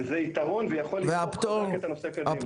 וזה ייתרון וזה יכול רק לדחוף את הנושא קדימה.